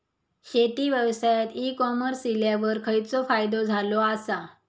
शेती व्यवसायात e commerce इल्यावर खयचो फायदो झालो आसा?